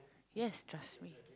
yes trust me